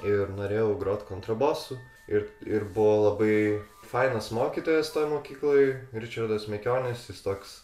ir norėjau grot kontrabosu ir ir buvo labai fainas mokytojas toj mokykloj ričardas mekionis jis toks